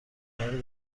اینارو